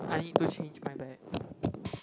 I need to change my bag